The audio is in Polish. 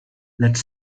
lecz